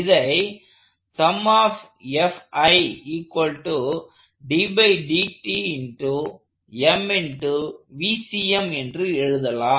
இதை என்று எழுதலாம்